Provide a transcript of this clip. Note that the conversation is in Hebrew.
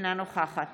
אינה נוכחת